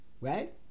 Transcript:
right